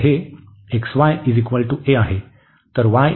तर हे xy a आहे